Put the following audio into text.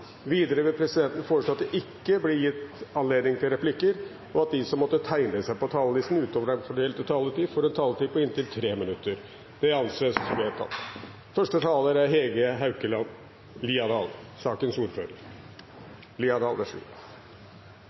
Videre vil presidenten foreslå at det – innenfor den fordelte taletid – blir gitt anledning til replikkordskifte på inntil seks replikker med svar etter innlegg fra medlemmer av regjeringen, og at de som måtte tegne seg på talerlisten utover den fordelte taletid, får en taletid på inntil 3 minutter. – Det anses vedtatt.